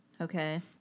Okay